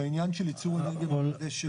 בעניין של ייצור אנרגיה מתחדשת,